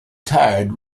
tired